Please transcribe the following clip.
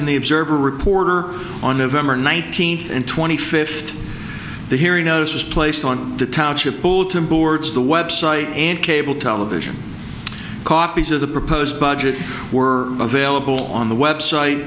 in the observer reporter on november nineteenth and twenty fifth the hearing notice was placed on the township bulletin boards the website and cable television copies of the proposed budget were available on the website